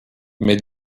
mais